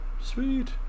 Sweet